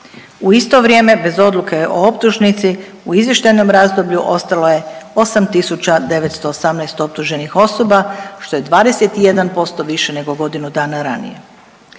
U isto vrijeme bez odluke o optužnici u izvještajnom razdoblju ostalo je 8918 optuženih osoba što je 21% više nego godinu dana ranije.